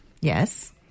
Yes